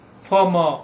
former